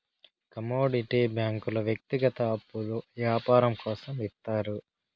commodity బ్యాంకుల వ్యక్తిగత అప్పులు యాపారం కోసం ఇత్తారు